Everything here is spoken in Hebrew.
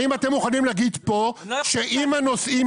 האם אתם מוכנים להגיד כאן שאם הנושאים